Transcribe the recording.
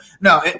No